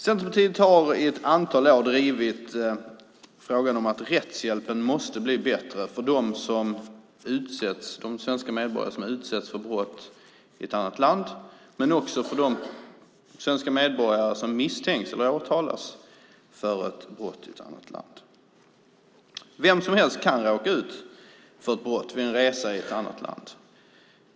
Centerpartiet har i ett antal år drivit frågan om att rättshjälpen måste bli bättre för de svenska medborgare som har utsatts för brott i ett annat land men också för de svenska medborgare som misstänks eller åtalas för ett brott i ett annat land. Vem som helst kan råka ut för ett brott vid en resa i ett annat land.